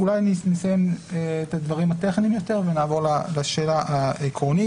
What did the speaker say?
אולי אני אסיים את הדברים הטכניים יותר ואז נעבור לשאלה העקרונית.